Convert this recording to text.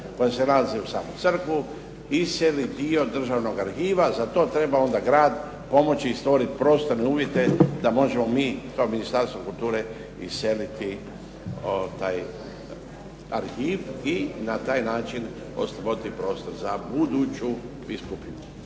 koja se nalazi uz samu crkvu iseli dio državnog arhiva, za to treba onda grad pomoći i stvoriti prostorne uvjete da možemo mi kao Ministarstvo kulture iseliti taj arhiv i na taj način stvoriti prostor za buduću biskupiju.